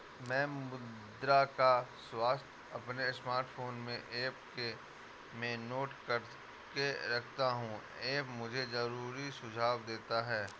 मैं मृदा का स्वास्थ्य अपने स्मार्टफोन में ऐप में नोट करके रखता हूं ऐप मुझे जरूरी सुझाव देता है